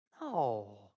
No